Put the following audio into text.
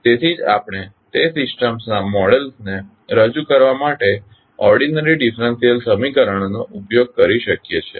તો તેથી જ આપણે તે સિસ્ટમ્સના મોડેલ્સને રજૂ કરવા માટે ઓર્ડીનરી ડીફરંસીયલ સમીકરણોનો ઉપયોગ કરી શકીએ છીએ